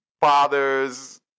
fathers